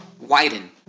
widen